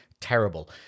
Terrible